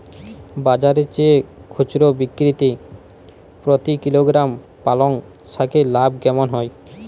বাজারের চেয়ে খুচরো বিক্রিতে প্রতি কিলোগ্রাম পালং শাকে লাভ কেমন হয়?